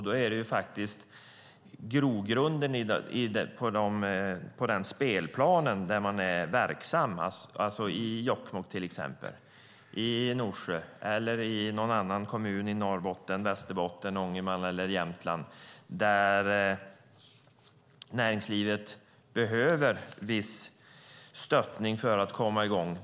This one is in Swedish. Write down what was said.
Då är faktiskt grogrunden på den spelplan där man är verksam av betydelse, alltså till exempel i Jokkmokk, i Norsjö eller i någon annan kommun i Norrbotten, Västerbotten, Ångermanland eller Jämtland där näringslivet behöver viss stöttning för att komma i gång.